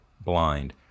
blind